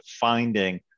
finding